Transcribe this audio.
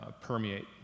permeate